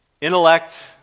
Intellect